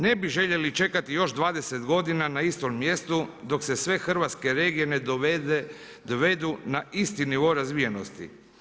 Ne bi željeli čekati još 20 godina na istom mjestu dok se sve hrvatske regije ne dovedu na isti nivo razvijenosti.